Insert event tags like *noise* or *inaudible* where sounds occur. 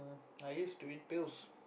*noise* I used to eat pills